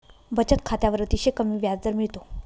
बचत खात्यावर अतिशय कमी व्याजदर मिळतो